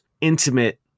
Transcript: intimate